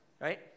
right